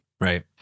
Right